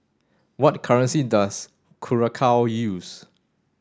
what currency does Curacao use